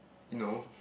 no